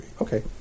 Okay